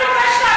להרכין ראש.